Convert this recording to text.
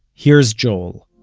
here's joel